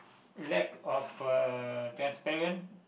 lack of uh transparent